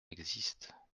existent